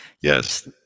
Yes